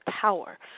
power